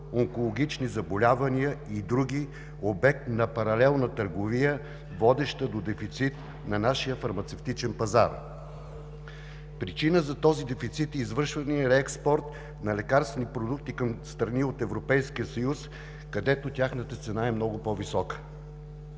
онкологични заболявания и други – обект на паралелна търговия, водеща до дефицит на нашия фармацевтичен пазар. Причина за този дефицит е извършеният реекспорт на лекарствени продукти към страни от Европейския съюз, където тяхната цена е много по-висока.